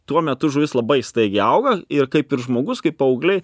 tuo metu žuvis labai staigiai auga ir kaip ir žmogus kaip paaugliai